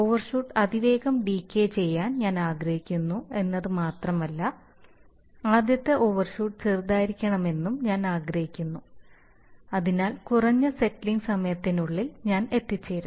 overshoot അതിവേഗം decay ചെയ്യാൻ ഞാൻ ആഗ്രഹിക്കുന്നു എന്നത് മാത്രം അല്ല ആദ്യത്തെ ഓവർഷൂട്ട് ചെറുതായിരിക്കണമെന്നും ഞാൻ ആഗ്രഹിക്കുന്നു അതിനാൽ കുറഞ്ഞ സെറ്റിലിംഗ് സമയത്തിനുള്ളിൽ ഞാൻ എത്തിച്ചേരും